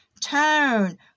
turn